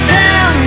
down